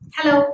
Hello